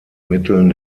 mitteln